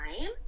time